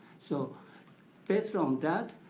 so based on that,